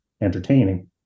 entertaining